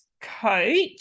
coach